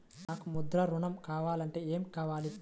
నాకు ముద్ర ఋణం కావాలంటే ఏమి కావాలి?